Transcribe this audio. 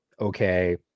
Okay